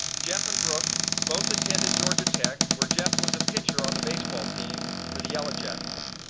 jeff and brooke both attended georgia tech where jeff was a pitcher on the baseball team for the yellow jackets.